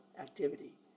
activity